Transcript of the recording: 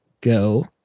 go